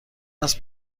است